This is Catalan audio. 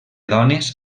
dones